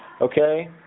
Okay